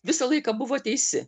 visą laiką buvo teisi